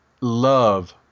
love